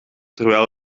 terwijl